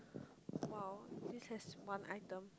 !wow! this has one item